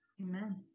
Amen